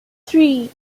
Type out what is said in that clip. three